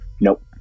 Nope